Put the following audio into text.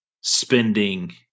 spending